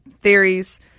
Theories